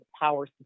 power